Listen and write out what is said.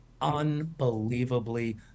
unbelievably